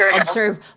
observe